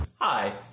Hi